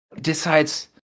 decides